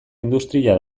industria